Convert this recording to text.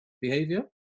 behavior